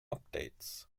updates